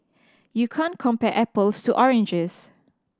you can't compare apples to oranges